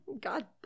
God